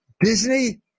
Disney